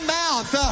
mouth